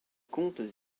contes